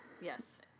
Yes